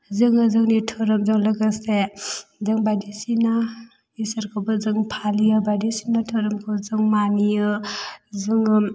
जोङो जोंनि धोरोमजों लोगोसे जों बायदिसिना इसोरखौबो जों फालियो बायदिसिना धोरोमखौ जों मानियो जोङो